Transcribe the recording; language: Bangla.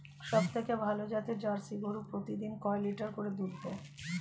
সবথেকে ভালো জাতের জার্সি গরু প্রতিদিন কয় লিটার করে দুধ দেয়?